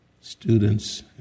students